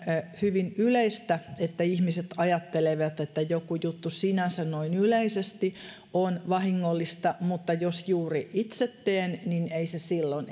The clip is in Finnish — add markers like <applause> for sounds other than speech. hyvin yleistä että ihmiset ajattelevat että jokin juttu sinänsä noin yleisesti on vahingollista mutta jos juuri itse teen niin ei se silloin <unintelligible>